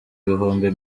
ibihumbi